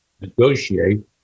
negotiate